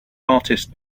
artist